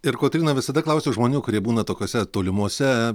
ir kotryna visada klausiu žmonių kurie būna tokiose tolimose